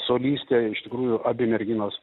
solistė ir iš tikrųjų abi merginos